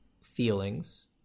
feelings